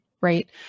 right